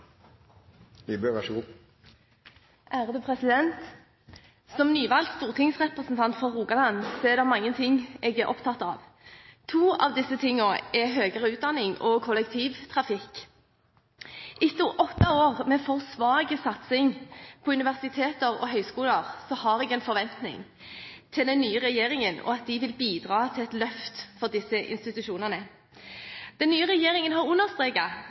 det mange ting jeg er opptatt av. To av disse tingene er høyere utdanning og kollektivtrafikk. Etter åtte år med for svak satsing på universiteter og høyskoler har jeg forventninger til at den nye regjeringen vil bidra til et løft for disse institusjonene. Den nye regjeringen har